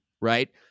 Right